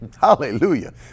hallelujah